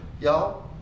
y'all